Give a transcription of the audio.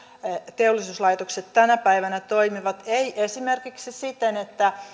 teollisuuslaitokset tänä päivänä toimivat ei esimerkiksi siten